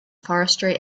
forestry